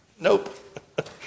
Nope